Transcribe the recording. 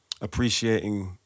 appreciating